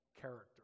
character